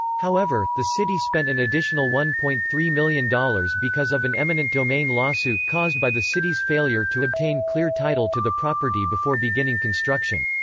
however, the city spent an additional one point three million dollars because of an eminent domain lawsuit caused by the city's failure to obtain clear title to the property before beginning construction.